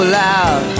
loud